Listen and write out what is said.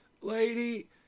lady